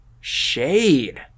shade